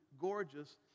gorgeous